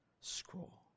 scroll